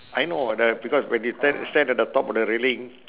I know the because when you ta~ stand at the top of the railing